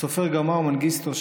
הסופר גרמאו מנגיסטו,